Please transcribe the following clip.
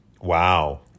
wow